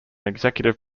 executive